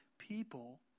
people